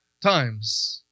times